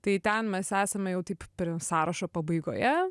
tai ten mes esame jau taip sąrašo pabaigoje